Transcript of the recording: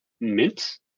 mint